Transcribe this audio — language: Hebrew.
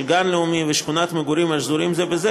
של גן לאומי ושכונת מגורים השזורים זה בזה,